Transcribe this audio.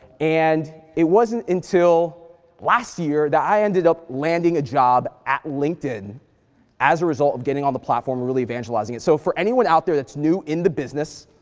and it wasn't until last year that i ended up landing a job at linkedin as a result of getting on the platform and really evangelizing it, so for anyone out there that's new in the business.